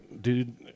dude